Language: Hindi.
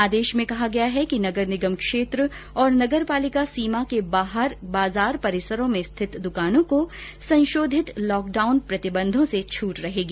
आदेश में कहा गया है कि नगर निगम क्षेत्र और नगर पालिका सीमा से बाहर के बाजार परिसरों में स्थित द्वकानों को संशोधित लॉकडाउन प्रतिबंधों से छूट रहेगी